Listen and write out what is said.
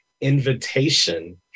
invitation